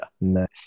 Nice